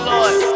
Lord